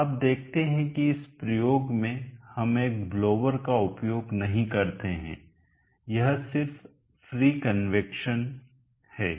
तो आप देखते हैं कि इस प्रयोग में हम एक ब्लोअर का उपयोग नहीं करते हैं यह सिर्फ फ्री कन्वैक्शन है